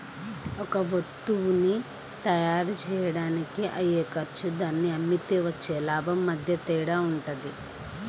ఒక వత్తువుని తయ్యారుజెయ్యడానికి అయ్యే ఖర్చు దాన్ని అమ్మితే వచ్చే లాభం మధ్య తేడా వుంటది